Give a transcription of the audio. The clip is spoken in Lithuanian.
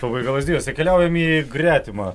pabaiga lazdijuose keliaujam į gretimą